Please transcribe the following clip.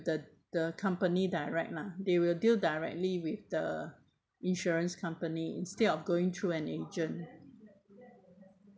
the the company direct mah they will deal directly with the insurance company instead of going through an agent